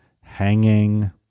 hanging